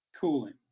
Cooling